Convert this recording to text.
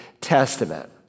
testament